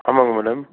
ஆமாங்க மேடம்